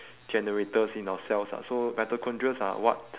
generators in our cells ah so mitochondrias are what